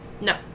No